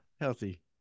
Healthy